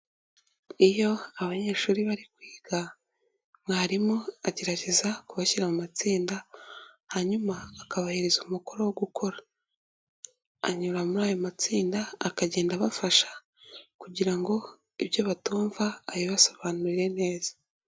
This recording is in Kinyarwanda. Iyo abanyeshuri bari kwiga mwarimu agerageza kubashyira mu matsinda hanyuma akabahereza umukoro wo gukora, anyura muri ayo matsinda akagenda abafasha kugira ngo ibyo batumva abibasobanurire neza.